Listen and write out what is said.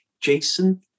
Jason